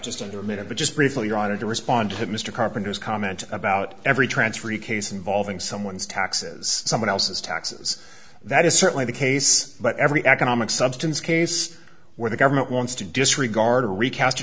just under a minute but just briefly your honor to respond to mr carpenter's comment about every transfer case involving someone's taxes someone else's taxes that is certainly the case but every economic substance case where the government wants to disregard or reca